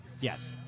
Yes